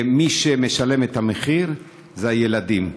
ומי שמשלם את המחיר זה הילדים.